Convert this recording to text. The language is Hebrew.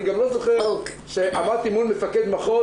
ואני גם לא זוכר שעמדתי מול מפקד מחוז